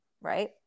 Right